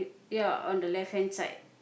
ya on the left hand side